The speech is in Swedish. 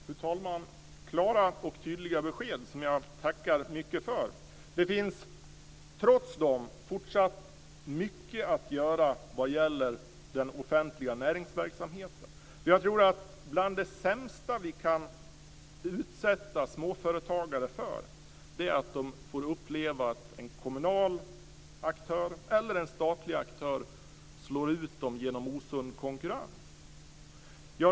Fru talman! Det var klara och tydliga besked som jag tackar mycket för. Trots detta finns det fortfarande mycket att göra när det gäller den offentliga näringsverksamheten. Jag tror att bland det sämsta vi kan utsätta småföretagare för är att de får uppleva att en kommunal eller statlig aktör slår ut dem genom osund konkurrens.